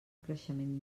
creixement